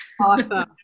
Awesome